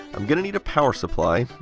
i'm going to need a power supply.